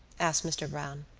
asked mr. browne.